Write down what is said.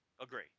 Agree